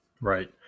right